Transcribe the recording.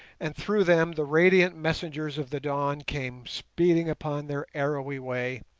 and through them the radiant messengers of the dawn came speeding upon their arrowy way,